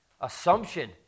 assumption